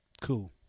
Cool